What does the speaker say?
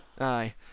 Aye